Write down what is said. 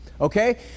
okay